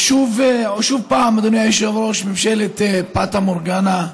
שוב, אדוני היושב-ראש, ממשלת פאטה מורגנה,